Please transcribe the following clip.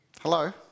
Hello